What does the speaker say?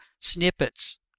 snippets